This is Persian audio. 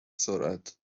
سرعت